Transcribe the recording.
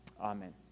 Amen